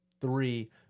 three